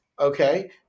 Okay